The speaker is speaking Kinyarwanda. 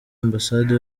ambasade